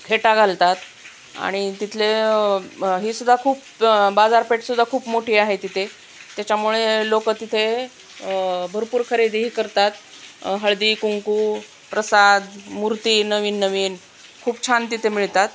खेटा घालतात आणि तिथले ही सुद्धा खूप बाजारपेठ सुद्धा खूप मोठी आहे तिथे त्याच्यामुळे लोक तिथे भरपूर खरेदीही करतात हळदी कुंकू प्रसाद मूर्ती नवीन नवीन खूप छान तिथे मिळतात